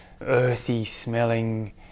earthy-smelling